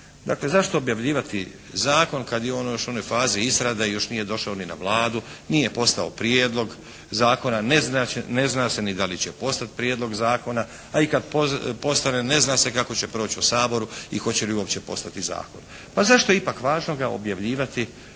Dakle, zašto objavljivati zakon kad je on još u onoj fazi izrade i još nije došao ni na Vladu, nije postao prijedlog zakona, ne zna se ni da li će postati prijedlog zakona? A i kad postane ne zna se kako će proći u Saboru i hoće li uopće postati zakon. Pa, zašto je ipak važno ga objavljivati,